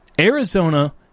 Arizona